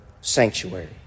sanctuary